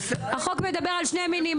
החוק מדבר על שני המינים,